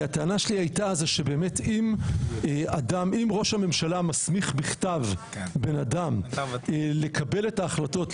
הטענה שלי הייתה שאם ראש הממשלה מסמיך בכתב בן אדם לקבל את ההחלטות,